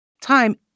time